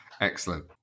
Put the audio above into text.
Excellent